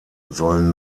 sollen